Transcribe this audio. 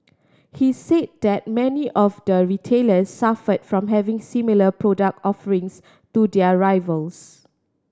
he said that many of the retailers suffered from having similar product offerings to their rivals